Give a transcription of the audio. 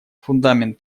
фундамент